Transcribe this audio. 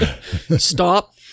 stop